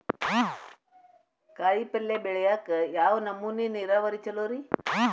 ಕಾಯಿಪಲ್ಯ ಬೆಳಿಯಾಕ ಯಾವ್ ನಮೂನಿ ನೇರಾವರಿ ಛಲೋ ರಿ?